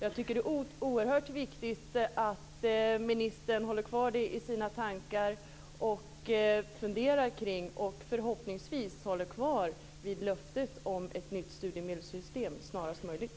Jag tycker att det är oerhört viktigt att utbildningsministern har det i tankarna och funderar kring det och förhoppningsvis håller fast vid löftet om ett nytt studiemedelssystem snarast möjligt.